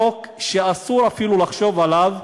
חוק שאסור אפילו לחשוב עליו,